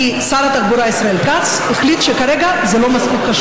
תיגש ושתה כוס מים, כי אני חושב שהתרגשת מאוד.